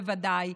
בוודאי,